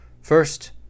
First